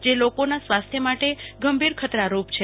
જ લોકોના સ્વાસ્થ્ય માટે ગંભીર ખતરારૂપ છે